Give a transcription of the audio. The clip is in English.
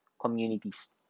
communities